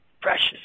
Precious